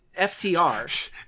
FTR